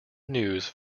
news